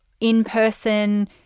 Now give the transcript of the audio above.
in-person